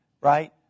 right